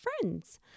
friends